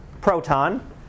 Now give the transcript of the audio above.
proton